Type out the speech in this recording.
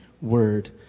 Word